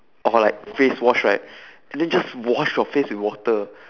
or like face wash right and then just wash your face with water